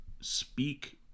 speak